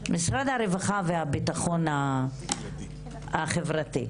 הרווחה והביטחון החברתי,